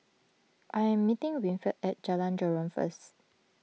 I am meeting Winford at Jalan Joran first